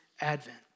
Advent